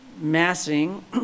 massing